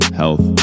health